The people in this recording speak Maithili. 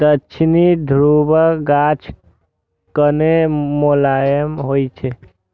दक्षिणी ध्रुवक गाछ कने मोलायम होइ छै